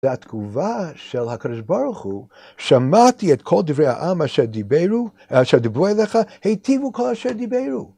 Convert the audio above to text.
והתגובה של הקגוש ברוך הוא, שמעתי את כל דברי העם אשר דיברו, אשר דיברו אליך, היטיבו כל אשר דיברו.